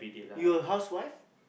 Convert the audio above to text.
you housewife